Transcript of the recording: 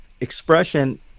expression